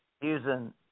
using